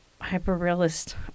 hyper-realist